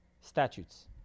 statutes